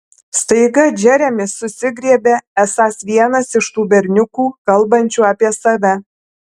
staiga džeremis susigriebia esąs vienas iš tų berniukų kalbančių apie save